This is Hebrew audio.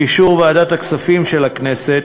באישור ועדת הכספים של הכנסת,